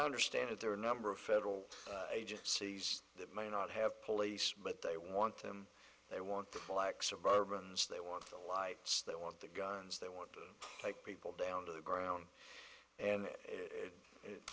understand it there are a number of federal agencies that may not have police but they want them they want the flexible ribbons they want the lights they want the guns they want the people down to the ground and it